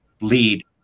lead